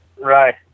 Right